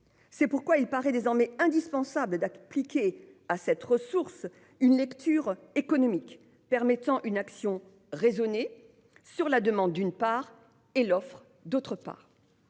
C'est pourquoi il paraît désormais indispensable d'appliquer à cette ressource une lecture économique, permettant une action raisonnée, d'une part, sur la demande, d'autre part,